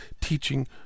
teaching